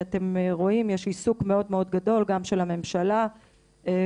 אתם רואים שיש עיסוק מאוד גדול גם של הממשלה וגם